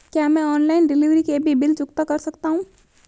क्या मैं online delivery के भी बिल चुकता कर सकता हूँ?